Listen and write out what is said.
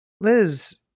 Liz